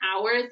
hours